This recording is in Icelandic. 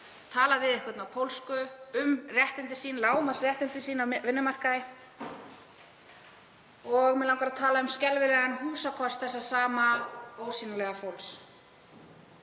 talað við einhvern á pólsku um réttindi sín, lágmarksréttindi á vinnumarkaði? Mig langar líka að tala um skelfilegan húsakost þessa sama ósýnilega fólks.